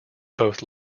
both